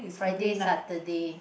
Friday Saturday